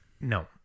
No